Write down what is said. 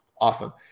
awesome